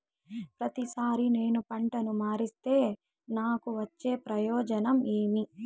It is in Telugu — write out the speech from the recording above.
ప్రతిసారి నేను పంటను మారిస్తే నాకు వచ్చే ప్రయోజనం ఏమి?